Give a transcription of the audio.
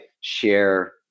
share